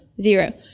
zero